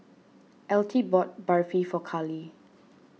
Altie bought Barfi for Carlee